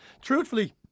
Truthfully